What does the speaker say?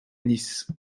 nice